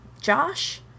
josh